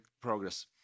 progress